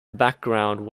background